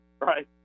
right